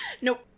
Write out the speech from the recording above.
Nope